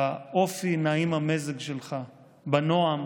באופי נעים-המזג שלך, בנועם,